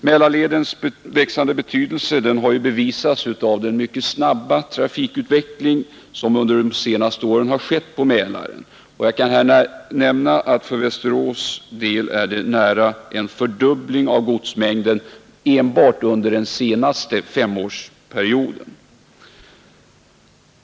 Mälarledens växande betydelse har bevisats av den mycket snabba trafikutveckling som under de senaste åren skett på Mälaren, och jag kan här nämna att för Västerås del godsmängden nästan har fördubblats under den senaste femårsperioden.